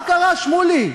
מה קרה, שמולי?